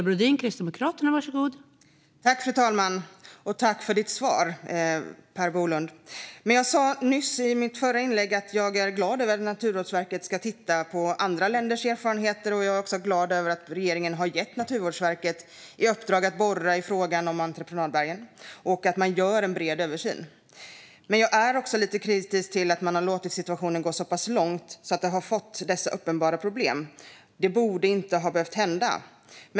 Fru talman! Tack, Per Bolund, för ditt svar! Jag sa i mitt förra inlägg att jag är glad över att Naturvårdsverket ska titta på andra länders erfarenheter. Jag är också glad över att regeringen har gett Naturvårdsverket i uppdrag att borra i frågan om entreprenadberg utifrån en bred översyn. Jag är också lite kritisk till att man har låtit situationen gå så pass långt att vi har fått dessa uppenbara problem. Det borde inte ha behövt hända.